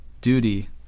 duty